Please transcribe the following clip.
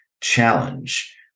challenge